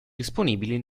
disponibili